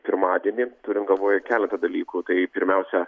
pirmadienį turim galvoje keletą dalykų tai pirmiausia